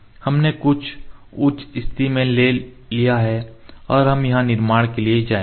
हमने कुछ उच्च स्थिति में ले लिया है और हम यहां निर्माण के लिए जाएंगे